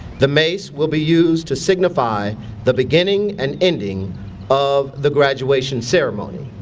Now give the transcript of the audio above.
the mace will be used to signify the beginning and ending of the graduation ceremony.